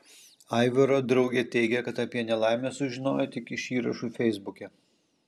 aivaro draugė teigia kad apie nelaimę sužinojo tik iš įrašų feisbuke